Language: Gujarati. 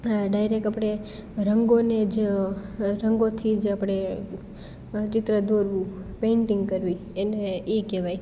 ડાયરેક આપણે રંગોને જ રંગોથી જ આપણે ચિત્ર દોરવું પેંટિંગ કરવી એને એ કહેવાય